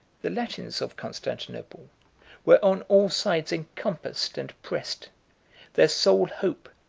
the latins of constantinople were on all sides encompassed and pressed their sole hope,